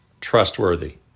trustworthy